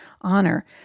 honor